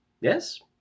Yes